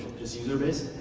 just user base?